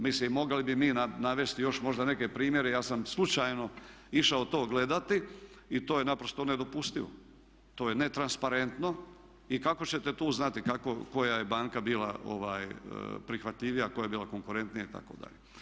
Mislim mogli bi mi navesti još možda neke primjere, ja sam slučajno išao to gledati i to je naprosto nedopustivo, to je netransparentno i kako ćete tu znati koja je banka bila prihvatljivija, koja je bila konkurentnija itd.